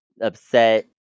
upset